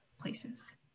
places